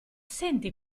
senti